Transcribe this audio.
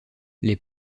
les